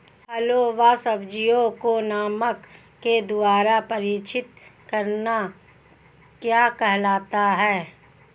फलों व सब्जियों को नमक के द्वारा परीक्षित करना क्या कहलाता है?